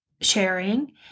sharing